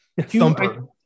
Thumper